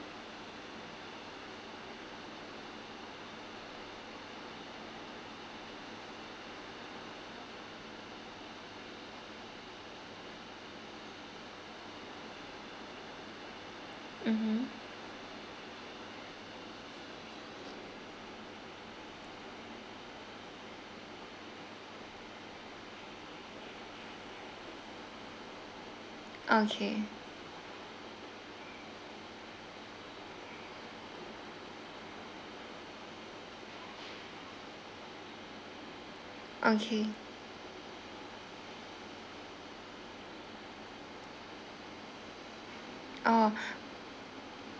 mmhmm okay okay oh